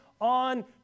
on